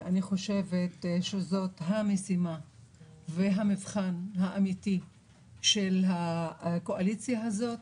אני חושבת שזאת המשימה והמבחן האמיתי של הקואליציה הזאת,